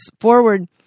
forward